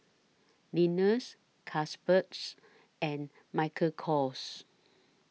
Lenas Carlsbergs and Michael Kors